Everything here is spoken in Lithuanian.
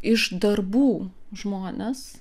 iš darbų žmones